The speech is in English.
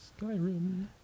Skyrim